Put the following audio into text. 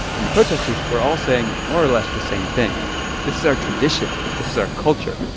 and the protesters were all saying more or less the same thing this is our tradition this is our culture